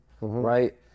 right